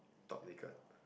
top naked